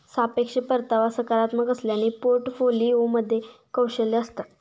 सापेक्ष परतावा सकारात्मक असल्याने पोर्टफोलिओमध्ये कौशल्ये असतात